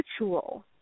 ritual